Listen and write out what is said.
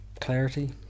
clarity